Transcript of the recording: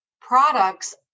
products